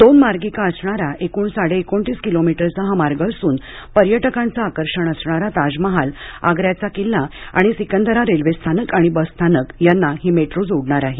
दोन मार्गिका असणारा एकूण साडेएकोणतीस किलोमीटरचा हा मार्ग असून पर्यटकांचे आकर्षण असणारा ताजमहाल आग्र्याचा किल्ला आणि सिकंदरा रेल्वे स्थानक आणि बसस्थानक यांना ही मेट्रो जोडणार आहे